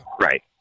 Right